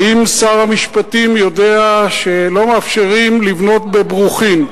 האם שר המשפטים יודע שלא מאפשרים לבנות בברוכין,